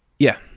yeah.